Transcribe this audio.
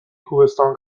کوهستان